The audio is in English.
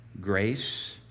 grace